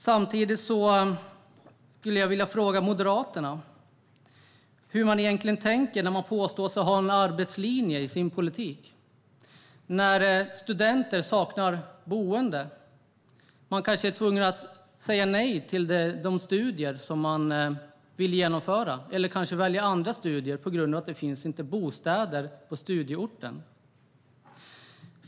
Jag skulle vilja fråga Moderaterna hur de egentligen tänker när de påstår sig ha en arbetslinje i sin politik när studenter saknar boende. De är kanske tvungna att säga nej till de studier som de vill genomföra eller kanske välja andra studier på grund av att det inte finns bostäder på studieorten.